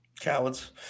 Cowards